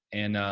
and,